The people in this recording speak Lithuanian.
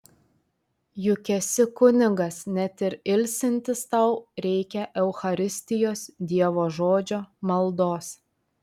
juk esi kunigas net ir ilsintis tau reikia eucharistijos dievo žodžio maldos